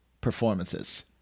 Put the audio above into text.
performances